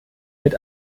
mit